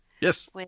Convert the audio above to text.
Yes